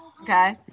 Okay